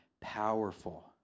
powerful